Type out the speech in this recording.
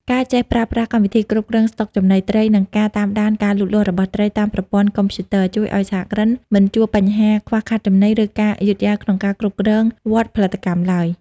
ការចេះប្រើប្រាស់កម្មវិធីគ្រប់គ្រងស្តុកចំណីត្រី និងការតាមដានការលូតលាស់របស់ត្រីតាមប្រព័ន្ធកុំព្យូទ័រ ជួយឱ្យសហគ្រិនមិនជួបបញ្ហាខ្វះខាតចំណី ឬការយឺតយ៉ាវក្នុងការគ្រប់គ្រងវដ្តផលិតកម្មឡើយ។